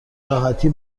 راحتی